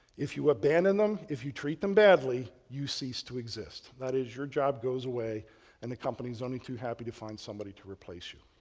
if you abandon them, if you treat them badly, you cease to exist. that is your job goes away and the company is only too happy to find somebody to replace you,